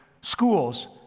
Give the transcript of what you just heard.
schools